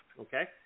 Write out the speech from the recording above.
Okay